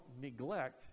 neglect